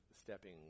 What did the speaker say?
stepping